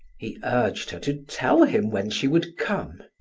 he urged her to tell him when she would come.